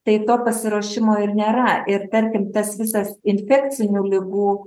tai to pasiruošimo ir nėra ir tarkim tas visas infekcinių ligų